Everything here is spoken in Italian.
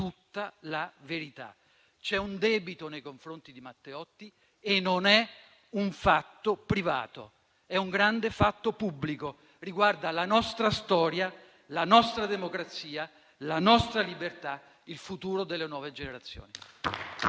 tutta la verità. C'è un debito nei confronti di Matteotti e non è un fatto privato, è un grande fatto pubblico, che riguarda la nostra storia, la nostra democrazia, la nostra libertà, il futuro delle nuove generazioni.